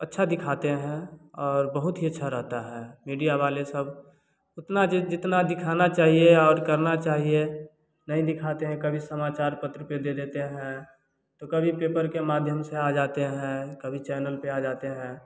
अच्छा दिखाते हैं और बहुत ही अच्छा रहता है मीडिया वाले सब उतना जितना दिखाना चाहिए और करना चाहिए नहीं दिखाते हैं कभी समाचार पत्र पे लेते हैं तो कभी पेपर के माध्यम से आ जाते हैं कभी चैनल पे आ जाते हैं